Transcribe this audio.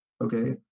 okay